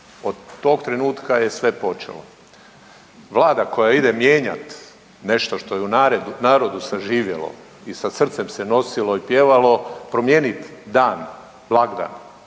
Od tog trenutka je sve počelo. Vlada koja ide mijenjati nešto što je u narodu saživjelo i sa srcem se nosilo i pjevalo, promijenit dan, blagdan